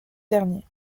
dernier